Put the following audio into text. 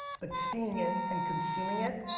but seeing it and consuming it,